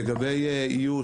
לגבי איוש,